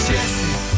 Jesse